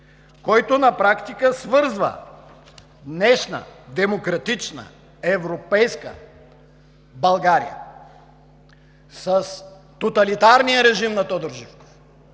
който на практика свързва днешна, демократична, европейска България с тоталитарния режим на Тодор Живков,